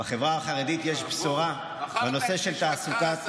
בחברה החרדית יש בשורה בנושא של תעסוקה,